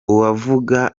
uwavuga